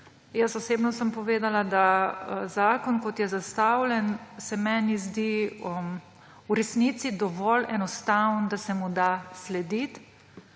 Jaz osebno sem povedala, da zakon, kot je zastavljen, se meni zdi v resnici dovolj enostaven, da se mu da slediti.